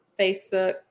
Facebook